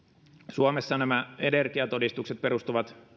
suomessa energiatodistukset perustuvat